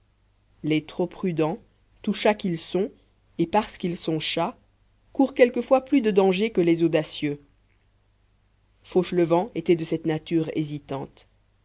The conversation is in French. les trop prudents tout chats qu'ils sont et parce qu'ils sont chats courent quelquefois plus de danger que les audacieux fauchelevent était de cette nature hésitante